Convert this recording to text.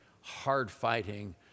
hard-fighting